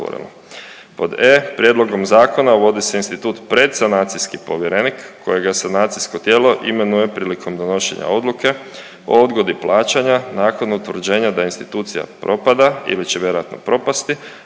Pod E, prijedlogom zakona uvodi se institut predsanacijski povjerenik kojega sanacijsko tijelo imenuje prilikom donošenja odluke o odgodi plaćanja nakon utvrđenja da institucija propada ili će vjerojatno propasti,